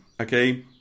Okay